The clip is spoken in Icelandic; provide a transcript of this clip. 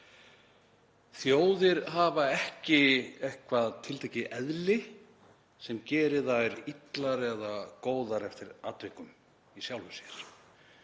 Þjóðir hafa ekki eitthvert tiltekið eðli sem gerir þær illar eða góðar eftir atvikum, í sjálfu sér.